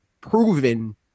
proven